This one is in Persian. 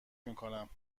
میکنم